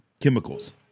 chemicals